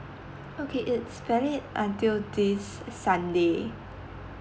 okay it's valid until this sunday